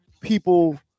people